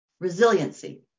resiliency